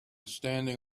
standing